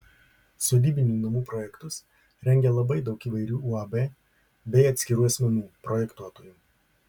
sodybinių namų projektus rengia labai daug įvairių uab bei atskirų asmenų projektuotojų